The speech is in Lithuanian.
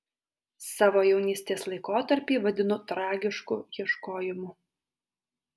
savo jaunystės laikotarpį vadinu tragišku ieškojimu